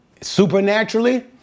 supernaturally